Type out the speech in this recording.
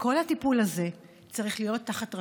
כל הטיפול הזה צריך להיות תחת רשות,